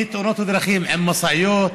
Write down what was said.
תאונות דרכים עם משאיות,